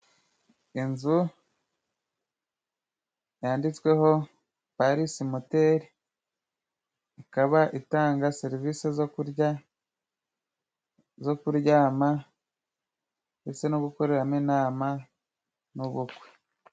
Inzu yanditsweho parisi moteri ikaba itanga serivisi zo kurya, zo kuryama, ndetse no gukoreramo inama n'ubukwe.